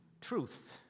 truth